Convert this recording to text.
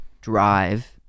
drive